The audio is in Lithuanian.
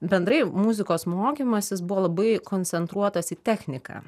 bendrai muzikos mokymasis buvo labai koncentruotas į techniką